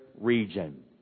region